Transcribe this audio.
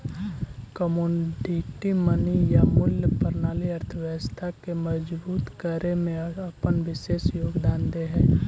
commodity money या मूल्य प्रणाली अर्थव्यवस्था के मजबूत करे में अपन विशेष योगदान दे हई